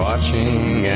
Watching